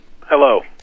Hello